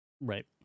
Right